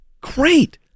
great